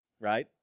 right